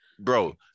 Bro